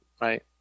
Right